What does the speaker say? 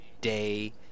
day